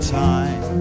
time